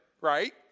right